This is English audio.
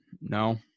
No